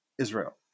Israel